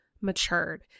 matured